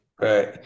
right